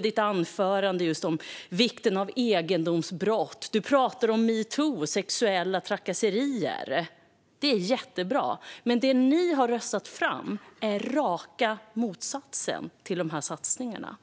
ditt anförande tog du, Jonny Cato Hansson, upp vikten av att bekämpa egendomsbrott, och du pratade om metoo och sexuella trakasserier. Det är jättebra, men det ni har röstat fram är raka motsatsen till dessa satsningar.